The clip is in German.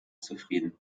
zufrieden